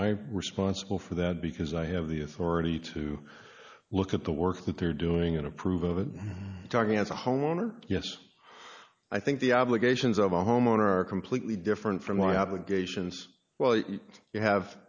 my responsible for that because i have the authority to look at the work that they're doing in approve of it talking as a homeowner yes i think the obligations of a homeowner are completely different from my obligations well you have